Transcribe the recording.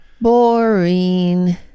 boring